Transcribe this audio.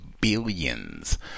billions